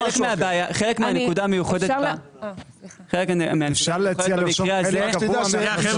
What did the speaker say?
חלק מהנקודה המיוחדת במקרה הזה --- אפשר להציע לרשום חלק קבוע